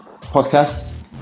podcast